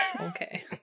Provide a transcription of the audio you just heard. Okay